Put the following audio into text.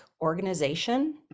organization